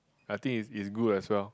I think is is good as well